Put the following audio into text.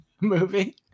movie